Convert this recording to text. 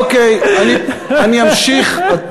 אוקיי, אני אמשיך.